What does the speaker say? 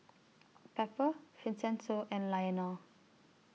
Pepper Vincenzo and Lionel